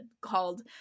called